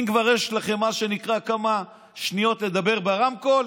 אם כבר יש לכם, מה שנקרא, כמה שניות לדבר ברמקול,